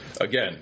Again